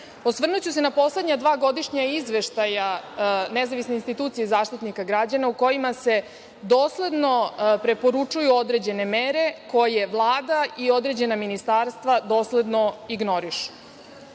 većina. Osvrnuću se na poslednja dva godišnja izveštaja nezavisne institucije Zaštitnika građana u kojima se dosledno preporučuju određene mere koje Vlada i određena ministarstva dosledno ignorišu.